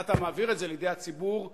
ואתה מעביר את זה לידי הציבור הכללי,